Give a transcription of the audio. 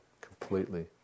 completely